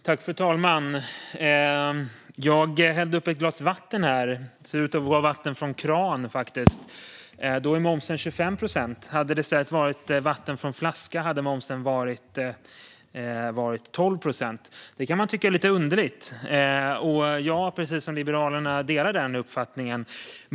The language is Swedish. Fru talman! Jag hällde just upp ett glas vatten. Det ser ut att vara vatten från kranen. Då är momsen 25 procent. Om det i stället hade varit vatten från flaska hade momsen varit 12 procent. Det kan man tycka är lite underligt, och jag precis som Liberalerna delar denna uppfattning.